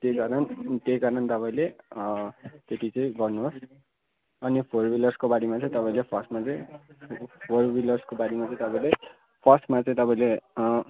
त्यही कारण त्यही कारण तपाईँले त्यति चाहिँ गर्नुहोस अनि फोर विलर्सकोबारेमा चाहिँ तपाईँले फर्स्टमा चाहिँ फोर विलर्सकोबारेमा चाहिँ तपाईँले फर्स्टमा चाहिँ तपाईँले